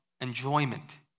enjoyment